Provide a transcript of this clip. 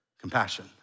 compassion